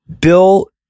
bill